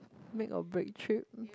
make or break trip